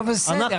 נו, בסדר.